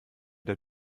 der